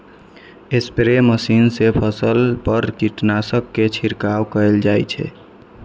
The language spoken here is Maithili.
स्प्रे मशीन सं फसल पर कीटनाशक के छिड़काव कैल जाइ छै